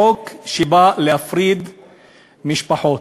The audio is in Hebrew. חוק שבא להפריד משפחות.